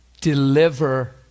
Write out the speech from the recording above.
deliver